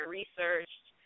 researched